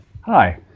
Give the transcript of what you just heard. Hi